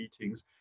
meetings